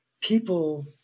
people